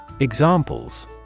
Examples